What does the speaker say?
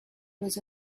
was